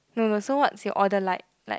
no no so what's your order like like